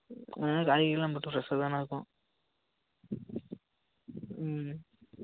ஆ காய்கறிலாம் நம்மட்ட ஃரெஷ்ஷாக தான்ங்கண்ணா இருக்கும் ம்